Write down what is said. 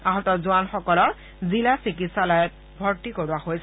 আহত জোৱানসকলক জিলা চিকিৎসালয়ত ভৰ্তি কৰোৱা হৈছে